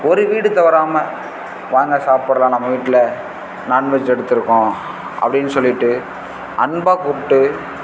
ஒரு வீடு தவறாமல் வாங்க சாப்பிடலாம் நம்ம வீட்டில நான் வெஜ் எடுத்துருக்கோம் அப்படின்னு சொல்லிவிட்டு அன்பாக கூப்பிட்டு